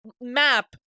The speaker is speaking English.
map